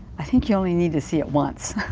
i think you only need to see it once